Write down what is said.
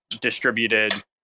Distributed